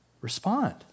respond